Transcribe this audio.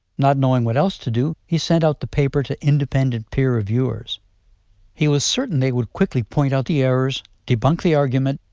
not knowing what else to do, he sent out the paper to independent peer-reviewers he was certain they would quickly point out the errors, debunk the argument,